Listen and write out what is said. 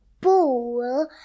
ball